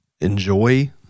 enjoy